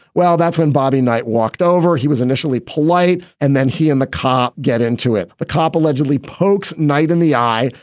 well, that's when bobby knight walked over. he was initially polite, and then he and the cop get into it. the cop, allegedly. polk's knight in the eye.